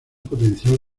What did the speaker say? potencial